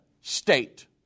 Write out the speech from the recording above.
state